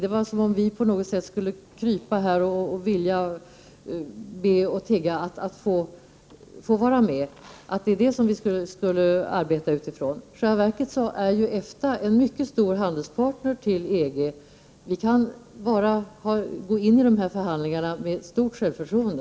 Det var som om vi på något sätt skulle krypa och tigga och be om att få vara med, att det är det som vi skulle arbeta utifrån. I själva verket är EFTA en mycket stor handelspartner till EG. Vi kan gå in i förhandlingarna med stort självförtroende.